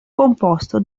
composto